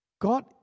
God